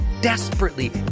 desperately